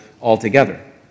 altogether